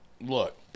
look